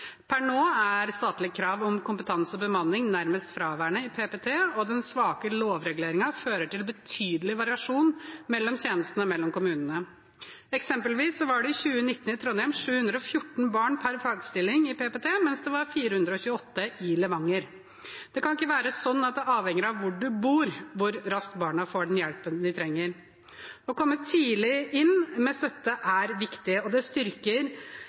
Per nå er statlige krav om kompetanse og bemanning nærmest fraværende i PPT, og den svake lovreguleringen fører til betydelig variasjon i tjenestene mellom kommunene. Eksempelvis var det i 2019 i Trondheim 714 barn per fagstilling i PPT, mens det var 428 i Levanger. Det kan ikke være sånn at det avhenger av hvor du bor, hvor raskt barna får den hjelpen de trenger. Å komme tidlig inn med støtte er viktig, og